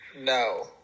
no